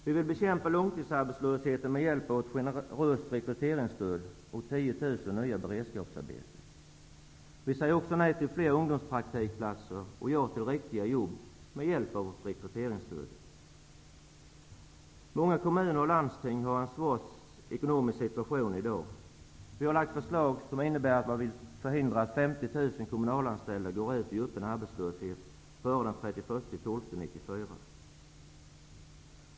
Vi vill bekämpa långtidsarbetslöshet med hjälp av generösa rekryteringsstöd och 10 000 nya beredskapsarbeten. Vi säger också nej till fler ungdomspraktikplatser och ja till riktiga jobb med hjälp av rekryteringsstöd. Många kommuner och landsting har i dag en svår ekonomisk situation. Vi har lagt fram förslag som går ut på att förhindra att uppemot 50 000 kommunanställda går ut i öppen arbetslöshet före den 31 december 1994.